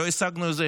לא השגנו את זה.